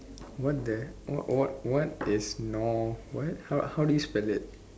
what the what what what is nor what how how do you spell it